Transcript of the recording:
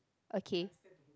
okay